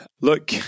Look